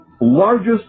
largest